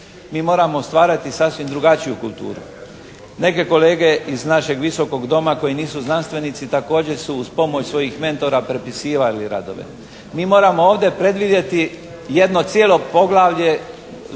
Mi moramo stvarati sasvim drugačiju kulturu. Neke kolege iz našeg Visokog doma koji nisu znanstvenici također su uz pomoć svojih mentora prepisivali radove. Mi moramo ovdje predvidjeti jedno cijelo poglavlje, gospodine